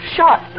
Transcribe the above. Shot